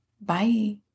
Bye